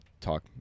talk